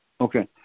Okay